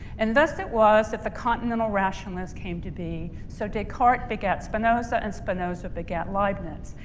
and thus it was that the continental rationalist came to be. so descartes begat spinoza, and spinoza begat leibniz.